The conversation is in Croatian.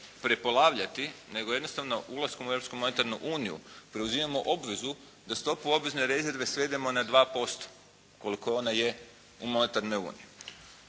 prepolavljati nego jednostavno ulaskom u europsku monetarnu uniju preuzimamo obvezu da stopu obvezne rezerve svedemo na 2% koliko ona je u monetarnoj uniji.